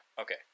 okay